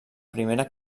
primera